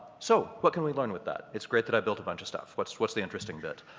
so what can we learn with that? it's great that i built a bunch of stuff. what's what's the interesting bit?